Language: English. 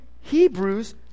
Hebrews